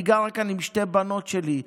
אני גרה כאן עם שתי הבנות שלי.